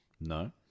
No